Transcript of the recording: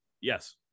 Yes